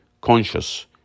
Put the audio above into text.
conscious